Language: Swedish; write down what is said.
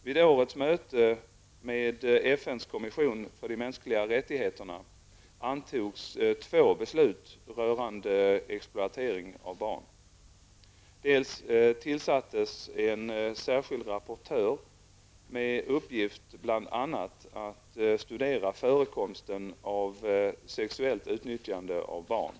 Vid årets möte med FNs kommission för de mänskliga rättigheterna antogs två beslut rörande exploatering av barn. För det första tillsattes en särskild rapportör med uppgift bl.a. att studera förekomsten av sexuellt utnyttjande av barn.